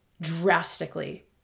drastically